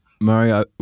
Mario